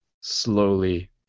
slowly